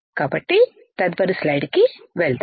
కాబట్టి తదుపరి స్లైడ్కు వెళ్దాం